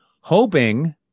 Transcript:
hoping